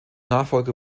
nachfolger